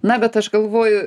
na bet aš galvoju